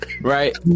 right